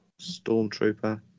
stormtrooper